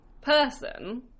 person